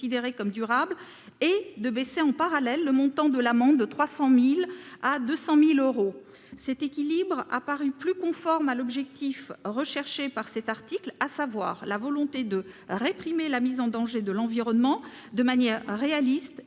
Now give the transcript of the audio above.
et de diminuer en parallèle le montant de l'amende de 300 000 à 200 000 euros. Cet équilibre a paru plus conforme à l'objectif recherché, à savoir la volonté de réprimer la mise en danger de l'environnement de manière réaliste, dissuasive